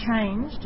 changed